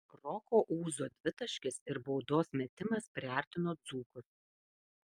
roko ūzo dvitaškis ir baudos metimas priartino dzūkus